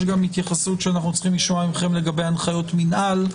יש גם התייחסות שאנחנו צריכים לשמוע מכם לגבי הנחיות מינהל.